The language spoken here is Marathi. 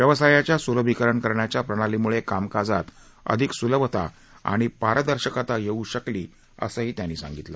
व्यवसायाच्या स्लभीकरण करण्याच्या प्रणालीमुळे कामकाजात अधिक सुलभता आणि पारदर्शकता येऊ शकली असंही त्यांनी सांगितलं